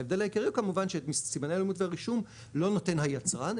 ההבדל העיקרי כמובן שאת סימני הלאומיות והרישום לא נותן היצרן,